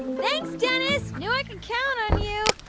thanks, dennis. knew i could count on you.